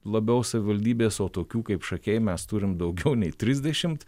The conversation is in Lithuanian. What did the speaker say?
labiau savivaldybės o tokių kaip šakiai mes turim daugiau nei trisdešimt